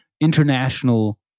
international